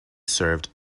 served